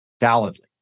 validly